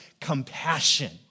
compassion